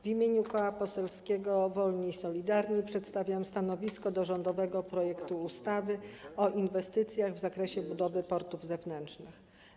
W imieniu Koła Poselskiego Wolni i Solidarni przedstawiam stanowisko wobec rządowego projektu ustawy o inwestycjach w zakresie budowy portów zewnętrznych.